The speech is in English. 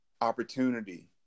opportunity